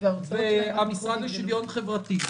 והמשרד לשוויון חברתי,